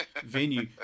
venue